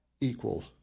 equal